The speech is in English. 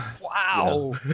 Wow